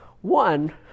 One